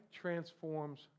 transforms